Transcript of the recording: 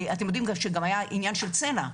אתם יודעים שגם היה עניין של צנע.